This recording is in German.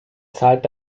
zahlt